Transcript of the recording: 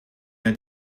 rien